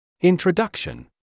Introduction